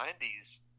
90s